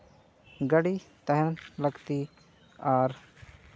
ᱜᱟᱹᱰᱤ ᱛᱟᱦᱮᱱ ᱞᱟᱹᱠᱛᱤ ᱟᱨ